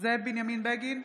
זאב בנימין בגין,